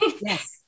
Yes